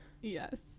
yes